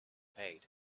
paid